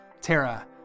Tara